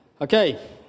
Okay